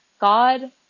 God